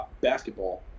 basketball